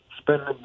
spending